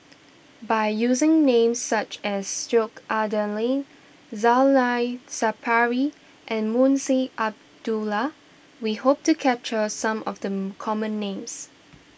by using names such as Sheik Alau'ddin Zainal Sapari and Munshi Abdullah we hope to capture some of the common names